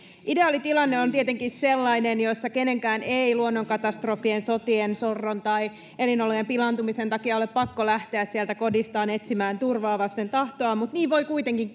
ideaalitilanne on tietenkin sellainen jossa kenenkään ei luonnonkatastrofien sotien sorron tai elinolojen pilaantumisen takia ole pakko lähteä sieltä kodistaan etsimään turvaa vasten tahtoaan mutta niin voi kuitenkin